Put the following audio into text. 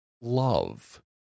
love